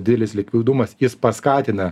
didelis likvidumas jis paskatina